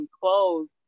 clothes